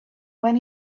when